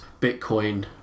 bitcoin